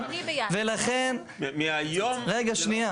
ולכן, רגע, שנייה.